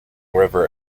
river